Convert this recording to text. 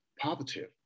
positive